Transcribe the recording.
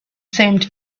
seemed